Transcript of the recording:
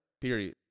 Period